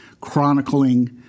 chronicling